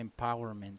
empowerment